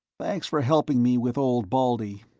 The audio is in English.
thanks for helping me with old baldy.